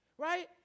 Right